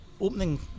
opening